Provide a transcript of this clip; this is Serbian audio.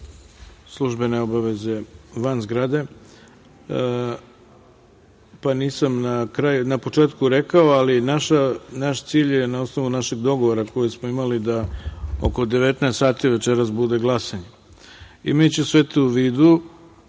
službene obaveze van zgrade, pa nisam na početku rekao, ali naš cilj je na osnovu našeg dogovora koji smo imali da oko 19 sati večeras bude glasanje. Imajući sve to u vidu